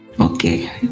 Okay